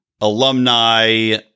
alumni